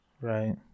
Right